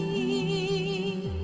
ee